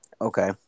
Okay